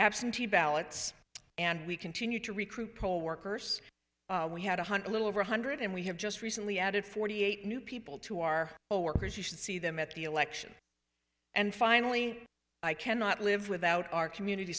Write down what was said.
absentee ballots and we continue to recruit poll workers we had one hundred a little over one hundred and we have just recently added forty eight new people to our own workers you should see them at the election and finally i cannot live without our community